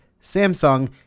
Samsung